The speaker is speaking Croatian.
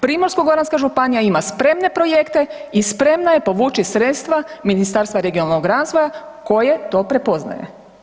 Primorsko-goranska županija ima spremne projekte i spremna je povući sredstva Ministarstva regionalnog razvoja koje to prepoznaje.